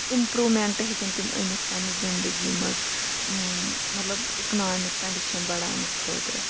improvement ہیٚکَن تِم أنِتھ پَننہِ زِندگی مَنٛز مَطلَب اِکنامِک کَنڑِشَن بَڑاونہٕ خٲطرٕ